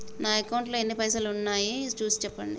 నా అకౌంట్లో ఎన్ని పైసలు ఉన్నాయి చూసి చెప్పండి?